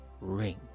ring